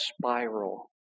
spiral